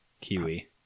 kiwi